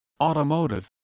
automotive